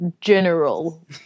general